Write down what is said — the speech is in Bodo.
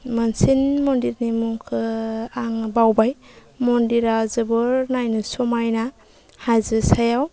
मोनसे मन्दिरनि मुंखौ आं बावबाय मन्दिरा जोबोर नायनो समायना हाजो सायाव